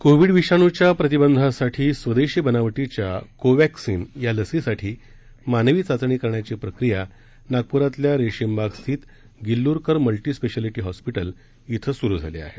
Covid विषाणुच्या प्रतिबंधासाठी स्वदेशी बनावटीच्या कोवॅक्सिन या लसीसाठी मानवी चाचणी करण्याची प्रक्रिया नागप्रातील रेशीमबाग स्थित गिल्ल्रकर मल्टिस्पेशालिटी हॉस्पिटल येथे सुरुवात झाली आहे